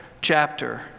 chapter